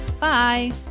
Bye